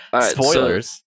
Spoilers